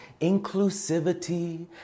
inclusivity